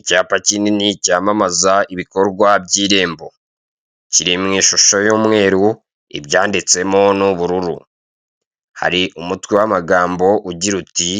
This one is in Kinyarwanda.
Icyapa kinini cyamamaza ibikorwa by'irembo, kiri mw'ishusho y'umweru, ibyanditsemo ni ubururu. Hari umutwe w'amagambo ugira uti,